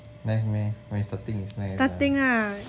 nice meh mine starting is nice ah